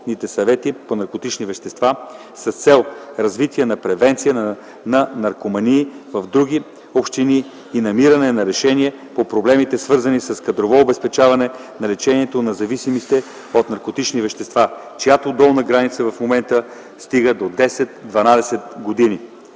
съвети по наркотични вещества, с цел развитие на превенцията на наркомании в другите общини и намиране на решение по проблемите, свързани с кадрово обезпечаване на лечението на зависимите от наркотични вещества, чиято долна граница в момента стига до 10 -12 години.